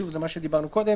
שוב, זה מה שדיברנו קודם.